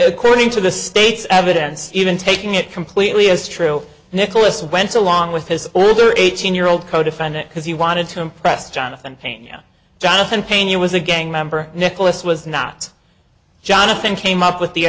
according to the state's evidence even taking it completely as true nicholas went along with his older eighteen year old codefendant because he wanted to impress jonathan pena jonathan pena was a gang member nicholas was not jonathan came up with the